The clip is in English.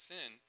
Sin